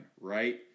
right